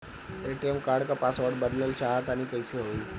ATM card क password बदलल चाहा तानि कइसे होई?